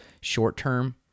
short-term